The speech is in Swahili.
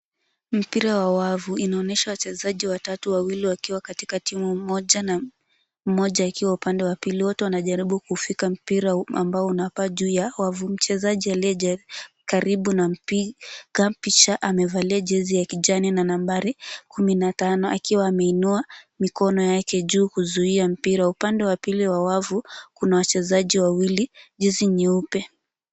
Mpira wa wavu. Inaonyesha wachezaji watatu. Wawili wakiwa katika timu moja, mmoja akiwa upande wa pili. Wote wanajaribu kushika mpira ambao unapaa juu ya wavu. Mchezaji aliye jari, karibu na mpira, mpiga picha, amevalia jezi ya kijani na nambari 15,akiwa ameinua mikono yake juu kuzuia mpira. Upande wa pili wa wavu, kuna wachezaji wawili. Jezi nyeupe.